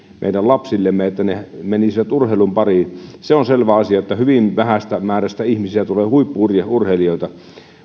meidän lapsillemme että he menisivät urheilun pariin se on selvä asia että hyvin vähästä määrästä ihmisiä tulee huippu urheilijoita